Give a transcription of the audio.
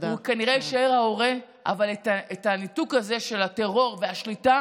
הוא כנראה יישאר ההורה אבל הניתוק הזה של הטרור והשליטה,